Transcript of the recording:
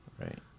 Right